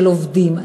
של עובדים.